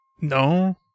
No